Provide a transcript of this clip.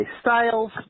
Styles